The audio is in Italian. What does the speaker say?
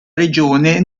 regione